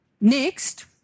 Next